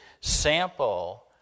sample